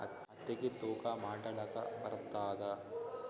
ಹತ್ತಿಗಿ ತೂಕಾ ಮಾಡಲಾಕ ಬರತ್ತಾದಾ?